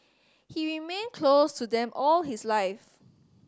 he remained close to them all his life